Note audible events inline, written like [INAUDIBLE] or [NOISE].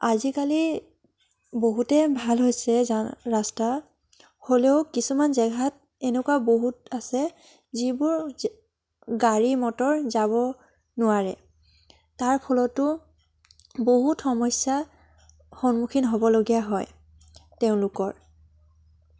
আজিকালি বহুতেই ভাল হৈছে যা ৰাস্তা হ'লেও কিছুমান জেগাত এনেকুৱা বহুত আছে যিবোৰ [UNINTELLIGIBLE] গাড়ী মটৰ যাব নোৱাৰে তাৰ ফলতো বহুত সমস্য়াৰ সন্মুখীন হ'বলগীয়া হয় তেওঁলোকৰ